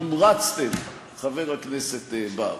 הומרצתם, חבר הכנסת בר.